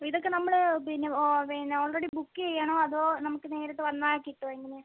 അപ്പോൾ ഇതൊക്കെ നമ്മള് പിന്നെ ഓ പിന്നെ ഓൾറെഡി ബുക്ക് ചെയ്യണോ അതോ നമുക്ക് നേരിട്ട് വന്നാൽ കിട്ടുവോ എങ്ങനെയാണ്